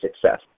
success